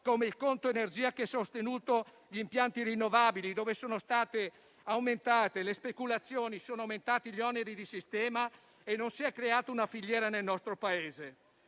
come il conto energia che ha sostenuto gli impianti rinnovabili, dove sono state aumentate le speculazioni, sono aumentati gli oneri di sistema e non si è creata una filiera nel nostro Paese.